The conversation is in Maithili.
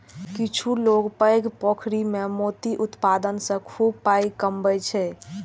किछु लोक पैघ पोखरि मे मोती उत्पादन सं खूब पाइ कमबै छै